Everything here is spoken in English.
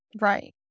Right